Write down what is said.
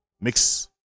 Mix